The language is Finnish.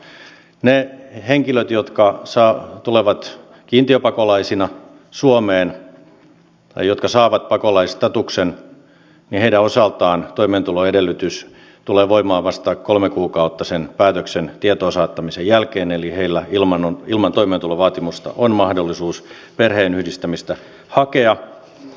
niiden henkilöiden osalta jotka tulevat kiintiöpakolaisina suomeen tai jotka saavat pakolaisstatuksen toimeentuloedellytys tulee voimaan vasta kolme kuukautta sen päätöksen tietoon saattamisen jälkeen eli heillä on ilman toimeentulovaatimusta mahdollisuus perheenyhdistämistä hakea